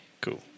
cool